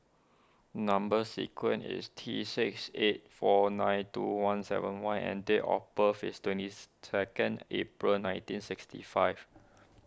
Number Sequence is T six eight four nine two one seven Y and date of birth is twentieth second April nineteen sixty five